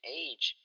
age